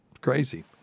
Crazy